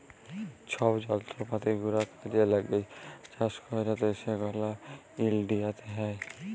ছব যলত্রপাতি গুলা কাজে ল্যাগে চাষ ক্যইরতে সেগলা ইলডিয়াতে হ্যয়